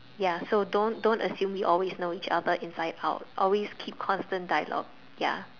ya so don't don't assume you always know each other inside out always keep constant dialogue ya